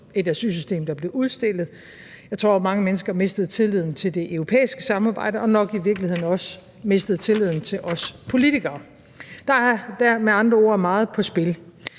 et asylsystem, der blev udstillet. Jeg tror, mange mennesker mistede tilliden til det europæiske samarbejde og nok i virkeligheden også mistede tilliden til os politikere. Der er med andre ord meget på spil,